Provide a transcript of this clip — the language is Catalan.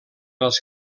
els